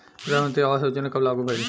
प्रधानमंत्री आवास योजना कब लागू भइल?